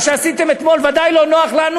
מה שעשיתם אתמול ודאי לא נוח לנו.